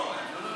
לא לא לא.